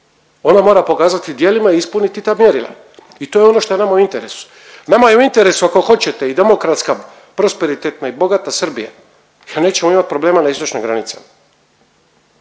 ona mora pokazati djelima i ispuniti ta mjerila i to je ono što je nama u interesu. Nama je u interesu, ako hoćete i demokratska, prosperitetna i bogata Srbija, a nećemo imati problema na istočnim granicama.